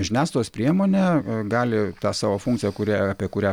žiniasklaidos priemonė gali tą savo funkciją kurią apie kurią